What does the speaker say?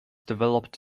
developed